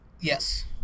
Yes